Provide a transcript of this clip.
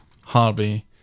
Harvey